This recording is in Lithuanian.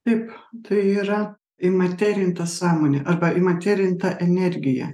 taip tai yra įmaterinta sąmonė arba įmaterinta energija